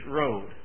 road